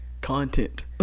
Content